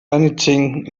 anything